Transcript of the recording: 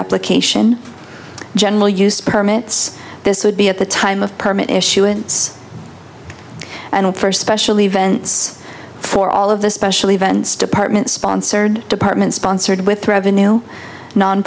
application general use permits this would be at the time of permit issuance and for special events for all of the special events department sponsored department sponsored with revenue